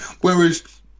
Whereas